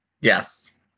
yes